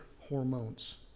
hormones